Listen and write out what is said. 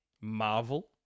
Marvel